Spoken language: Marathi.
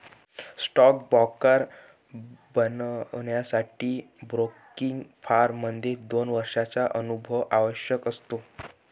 स्टॉक ब्रोकर बनण्यासाठी ब्रोकिंग फर्म मध्ये दोन वर्षांचा अनुभव आवश्यक असतो